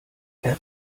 herr